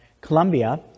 Colombia